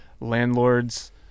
landlords